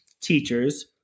teachers